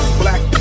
black